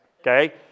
okay